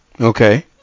Okay